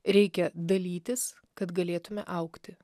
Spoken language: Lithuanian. reikia dalytis kad galėtume augti